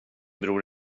bror